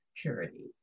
purity